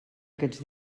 aquests